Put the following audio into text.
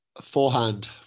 Forehand